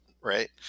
Right